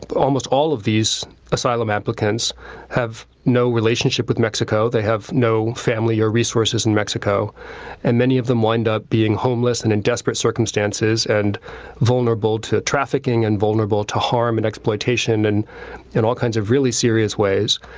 but almost all of these asylum applicants have no relationship with mexico. they have no family or resources in mexico and many of them wind up being homeless and in desperate circumstances and vulnerable to trafficking and vulnerable to harm and exploitation and all kinds of really serious ways.